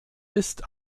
ist